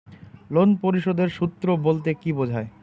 Loan পরিশোধের সূএ বলতে কি বোঝায়?